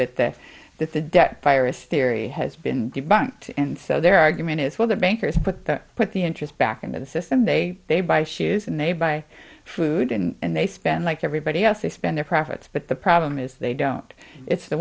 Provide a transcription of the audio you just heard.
the that the debt virus theory has been debunked and so their argument is well the bankers put the put the interest back into the system they buy shoes and they buy food and they spend like everybody else they spend their profits but the problem is they don't it's the